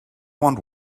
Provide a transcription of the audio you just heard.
want